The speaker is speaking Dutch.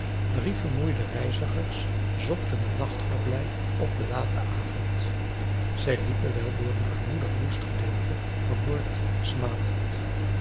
drie vermoeide reizigers zochten een nachtverblijf op den laten avond zij liepen wel door een armoedig woest gedeelte van